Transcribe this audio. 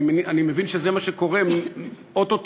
ואני מבין שזה מה שקורה או-טו-טו,